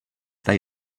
they